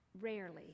rarely